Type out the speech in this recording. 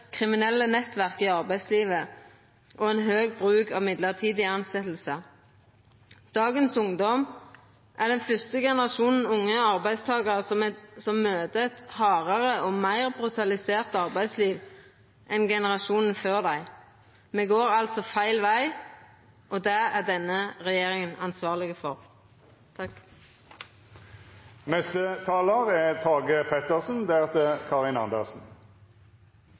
kriminelle nettverk i arbeidslivet og ein stor bruk av mellombels tilsetjing. Dagens ungdom er den første generasjonen unge arbeidstakarar som møter eit hardare og meir brutalisert arbeidsliv enn generasjonen før dei. Me går altså feil veg, og det er denne regjeringa ansvarleg for.